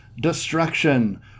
destruction